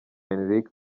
enrique